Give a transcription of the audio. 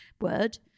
word